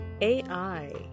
AI